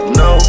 no